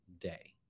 day